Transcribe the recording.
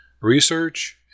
research